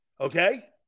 Okay